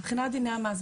מבחינת דיני המס,